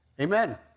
amen